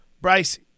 Bryce –